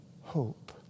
hope